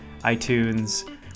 iTunes